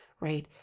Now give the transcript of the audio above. right